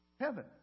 Heaven